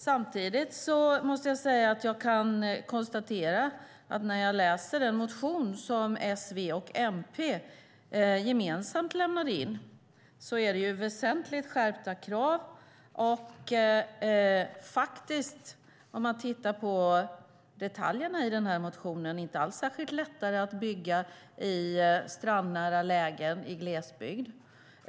Samtidigt kan jag konstatera att i den motion som S, V och MP gemensamt lämnade in handlar det om väsentligt skärpta krav. Om man tittar på detaljerna i motionen kan man se att det inte alls skulle vara särskilt mycket lättare att bygga i strandnära lägen i glesbygd.